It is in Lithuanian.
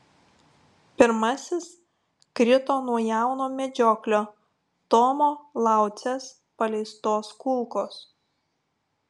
pirmasis krito nuo jauno medžioklio tomo laucės paleistos kulkos